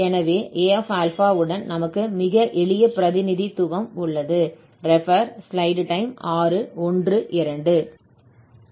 எனவே Aα உடன் நமக்கு மிக எளிய பிரதிநிதித்துவம் உள்ளது